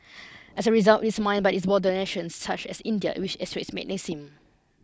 as a result it's mined by its border nations such as India which extracts magnesium